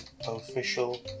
official